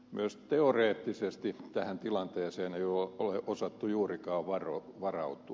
myöskään teoreettisesti tähän tilanteeseen ei ole osattu juurikaan varautua